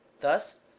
Thus